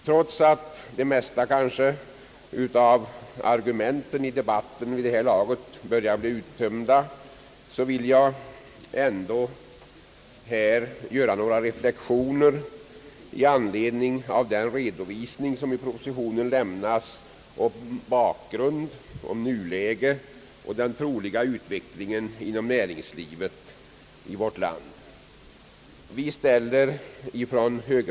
Trots att de flesta av argumenten i debatten vid det här laget börjar bli uttömda, vill jag göra några reflexioner i anledning av den redovisning som i propositionen lämnas om bakgrunden och nuläget inom näringslivet i vårt land samt om den troliga utvecklingen på detta område.